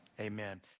Amen